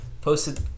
posted